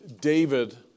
David